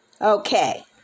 Okay